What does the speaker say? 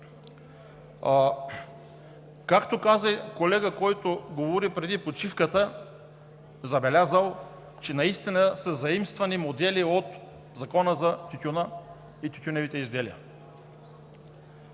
Както каза колега, който говори преди почивката, че е забелязал, че са заимствани модели от Закона за тютюна и тютюневите изделия.